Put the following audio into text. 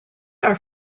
are